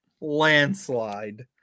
Landslide